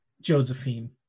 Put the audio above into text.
Josephine